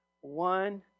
one